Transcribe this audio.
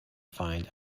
find